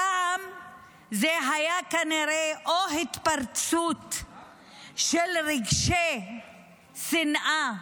הפעם זה היה כנראה או התפרצות של רגשי שנאה,